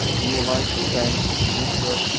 we would like to thank mr.